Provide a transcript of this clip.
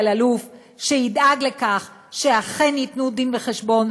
אלאלוף שידאג לכך שאכן ייתנו דין וחשבון,